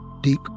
Deep